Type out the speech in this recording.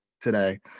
today